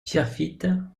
pierrefitte